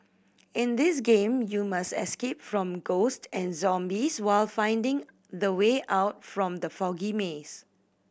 in this game you must escape from ghost and zombies while finding the way out from the foggy maze